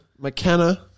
McKenna